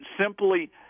simply